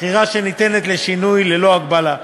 בחירה שניתן לשינוי ללא הגבלה.